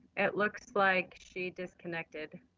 it looks like she disconnected.